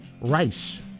rice